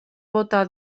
bota